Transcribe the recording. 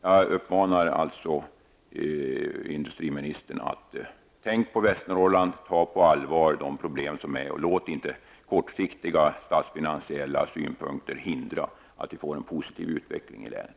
Jag uppmanar således industriministern att tänka på Västernorrland och ta de problem som finns på allvar. Låt inte kortsiktiga statsfinansiella synpunkter hindra en positiv utveckling i länet.